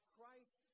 Christ